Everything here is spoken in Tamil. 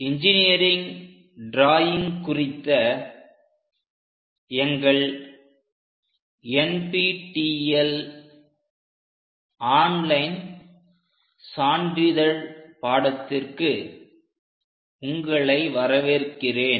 இன்ஜினியரிங் டிராயிங் குறித்த எங்கள் NPTEL ஆன்லைன் சான்றிதழ் பாடத்திற்கு உங்களை வரவேற்கிறேன்